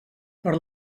per